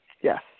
Yes